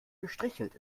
gestrichelt